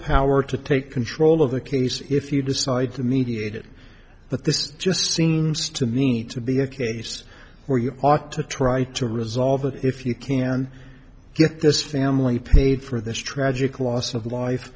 power to take control of the case if you decide to mediate it but this just seems to me to be a case where you ought to try to resolve it if you can get this family paid for this tragic loss of life